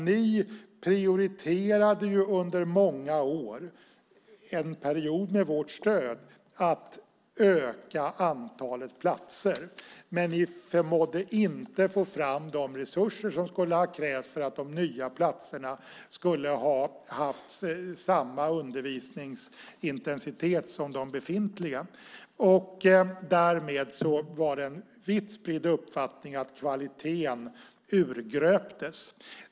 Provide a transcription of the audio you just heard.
Ni prioriterade under många år - under en period med vårt stöd - att öka antalet platser. Men ni förmådde inte få fram de resurser som skulle ha krävts för att de nya platserna skulle ha haft samma undervisningsintensitet som de befintliga. Därmed var det en vitt spridd uppfattning att kvaliteten urgröptes.